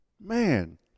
Man